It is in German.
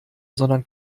sondern